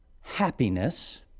happiness